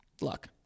Luck